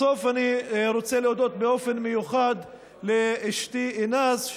בסוף אני רוצה להודות באופן מיוחד לאשתי אינאס,